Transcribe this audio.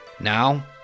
Now